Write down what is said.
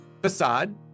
facade